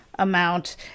amount